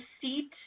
seat